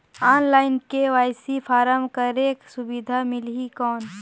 Online KYC form करेके सुविधा मिली कौन?